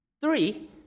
Three